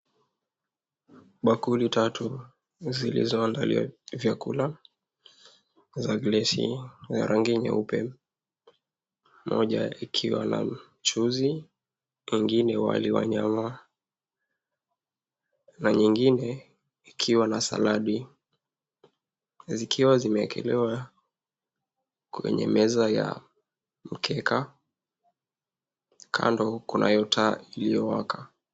Bakuli tatu zilizoandaliwa vyakula za glasi ya rangi nyeupe. Moja ikiwa na mchuzi, nyingine wali wa nyama, na nyingine ikiwa na saladi, zikiwa zimeekelewa kwenye meza ya mkeka. Kando kunayo taa iliyowaka.